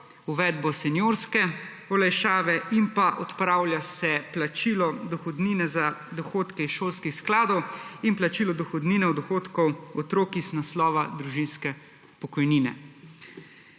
uvedbo seniorske olajšave in pa odpravlja se plačilo dohodnine za dohodke iz šolskih skladov in plačilo dohodnine od dohodkov otrok iz naslova družinske pokojnine.